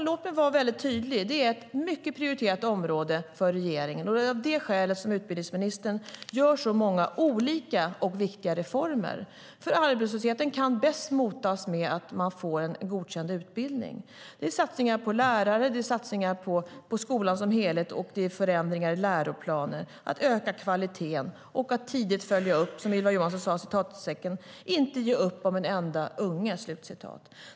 Låt mig vara tydlig: Detta är ett mycket prioriterat område för regeringen. Det är av detta skäl som utbildningsministern inför så många olika och viktiga reformer. Arbetslösheten kan bäst motas med att man får en godkänd utbildning. Det handlar om satsningar på lärare och på skolan som helhet. Det gäller också förändringar i läroplaner samt att öka kvaliteten, att tidigt följa upp och att - som Ylva Johansson sade - "inte ge upp om en enda unge".